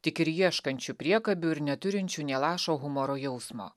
tik ir ieškančių priekabių ir neturinčių nė lašo humoro jausmo